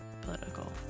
political